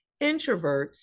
introverts